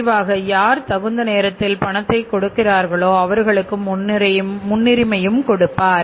முடிவாக யார் தகுந்த நேரத்தில் பணத்தை கொடுக்கிறார்களோ அவர்களுக்குமுன்னுரிமை கொடுப்பார்